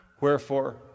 Wherefore